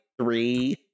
three